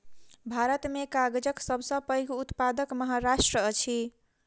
भारत में कागजक सब सॅ पैघ उत्पादक महाराष्ट्र अछि